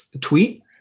tweet